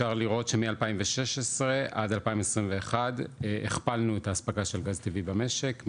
אפשר לראות שמ- 2016 עד 2021 הכפלנו את האספקה של גז טבעי במשק,